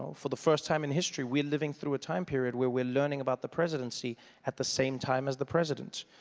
for the first time in history we're living through a time period where we're learning about the presidency at the same time as the president